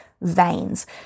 veins